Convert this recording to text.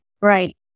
Right